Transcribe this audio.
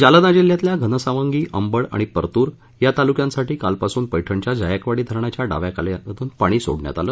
जालना जिल्ह्यातल्या घनसावंगी अंबड आणि परतूर या तालुक्यांसाठी कालपासून पर्षणच्या जायकवाडी धरणाच्या डाव्या कालव्यातून पाणी सोडण्यात आलं